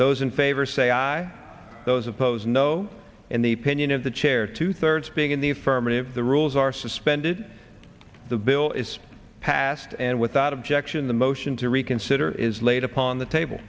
those in favor say aye those opposed no in the pinion of the chair two thirds being in the affirmative the rules are suspended the bill is passed and without objection the motion to reconsider is laid upon the table